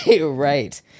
Right